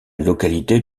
localité